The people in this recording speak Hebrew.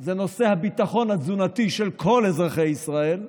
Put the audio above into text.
הוא נושא הביטחון התזונתי של כל אזרחי ישראל.